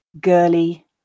girly